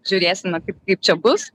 žiūrėsime kaip kaip čia bus